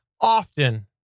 often